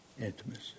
intimacy